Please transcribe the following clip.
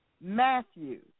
Matthew